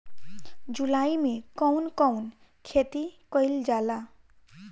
जुलाई मे कउन कउन खेती कईल जाला?